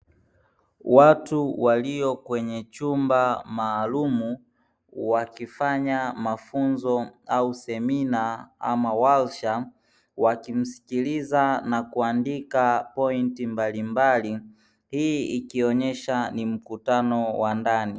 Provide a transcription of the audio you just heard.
Watu walio kwenye chumba maalum wakifanya mafunzo au semina ama warsha, wakimsikiliza na kuandika pointi mbalimbali hii ikionyesha ni mkutano wa ndani.